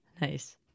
Nice